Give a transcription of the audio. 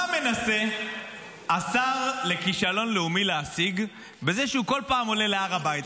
מה מנסה השר לכישלון לאומי להשיג בזה שהוא כל פעם עולה להר הבית?